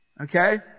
Okay